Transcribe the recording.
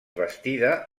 bastida